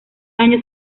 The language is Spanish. años